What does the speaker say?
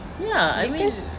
ya I guess